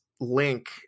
link